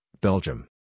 Belgium